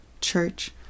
church